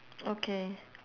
okay